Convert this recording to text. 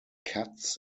katz